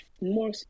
more